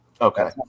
Okay